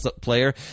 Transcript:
player